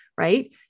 right